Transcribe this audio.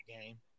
game